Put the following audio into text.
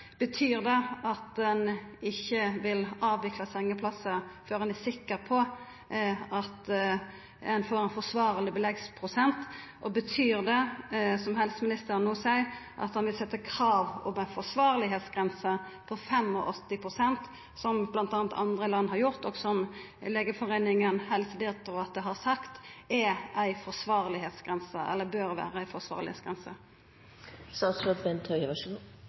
Betyr det at ein ikkje vil avvikla sengeplassar før ein er sikker på at ein får ein forsvarleg beleggsprosent? Og betyr det som helseministeren no seier, at han vil stilla krav om ei forsvarlegheitsgrense på 85 pst., som bl.a. andre land har gjort, og som Legeforeininga og Helsedirektoratet har sagt bør vera ei forsvarlegheitsgrense? Det er verdt å merke seg at Helsetilsynet i